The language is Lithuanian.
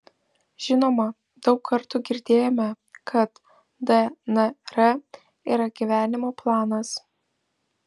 žinoma daug kartų girdėjome kad dnr yra gyvenimo planas